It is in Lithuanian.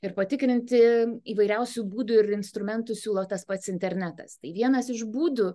ir patikrinti įvairiausių būdų ir instrumentų siūlo tas pats internetas tai vienas iš būdų